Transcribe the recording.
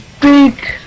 big